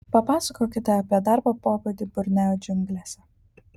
papasakokite apie darbo pobūdį borneo džiunglėse